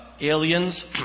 aliens